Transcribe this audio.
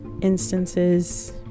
instances